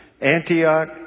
Antioch